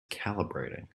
calibrating